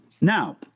Now